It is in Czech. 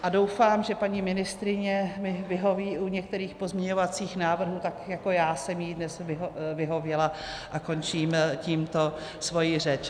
A doufám, že paní ministryně mi vyhoví u některých pozměňovacích návrhů tak, jako já jsem jí dnes vyhověla, a končím tímto svoji řeč.